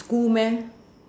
school meh